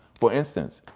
for instance,